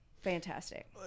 Fantastic